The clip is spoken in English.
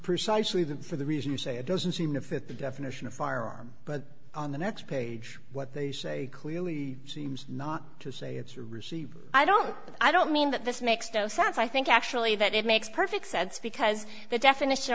precisely that for the reason you say it doesn't seem to fit the definition of firearm but on the next page what they say clearly seems not to say it's received i don't i don't mean that this makes no sense i think actually that it makes perfect sense because the definition